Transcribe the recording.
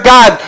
God